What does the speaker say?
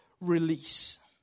release